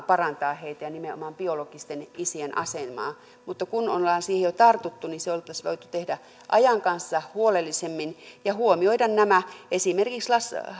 parantaa nimenomaan biologisten isien asemaa ja kun on siihen jo tartuttu niin se oltaisiin voitu tehdä ajan kanssa huolellisemmin ja huomioida nämä esimerkiksi